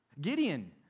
Gideon